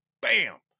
Bam